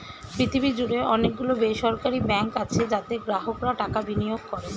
পৃথিবী জুড়ে অনেক গুলো বেসরকারি ব্যাঙ্ক আছে যাতে গ্রাহকরা টাকা বিনিয়োগ করে